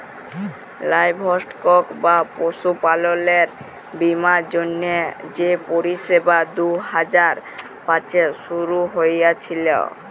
livestock বা পশুপাললের বীমার জ্যনহে যে পরিষেবা দু হাজার পাঁচে শুরু হঁইয়েছিল